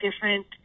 different